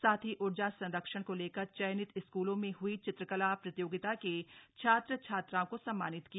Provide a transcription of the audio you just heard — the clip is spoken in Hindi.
साथ ही ऊर्जा संरक्षण को लेकर चयनित स्कूलों में हई चित्रकला प्रतियोगिता के छात्र छात्राओं को सम्मानित किया